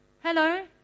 Hello